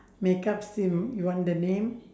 makeup you want the name